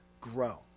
grow